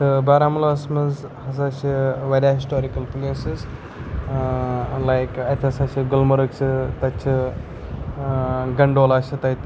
تہٕ بارہمولاہَس منٛز ہَسا چھِ واریاہ ہِسٹورِکَل پٕلیسز لایک اَتہِ ہَسا چھِ گُلمرگ چھِ تَتہِ چھِ گَنڈولا چھِ تَتہِ